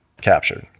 captured